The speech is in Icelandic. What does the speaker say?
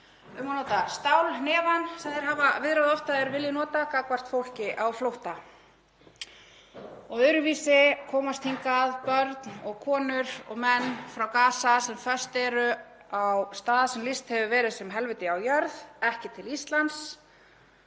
um að nota stálhnefann sem þeir hafa viðrað oft að þeir vilji nota gagnvart fólki á flótta. Öðruvísi komast hingað börn og konur og menn frá Gaza, sem föst eru á stað sem lýst hefur verið sem helvíti á jörð, ekki til Íslands